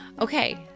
okay